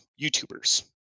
YouTubers